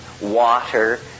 water